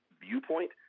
viewpoint